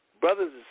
brothers